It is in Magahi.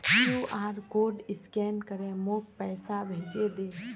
क्यूआर कोड स्कैन करे मोक पैसा भेजे दे